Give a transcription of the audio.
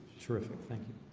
terrific thank you,